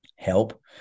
help